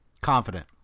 Confident